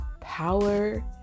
power